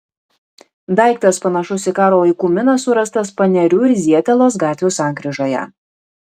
daiktas panašus į karo laikų miną surastas panerių ir zietelos gatvių sankryžoje